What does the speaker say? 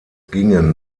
gingen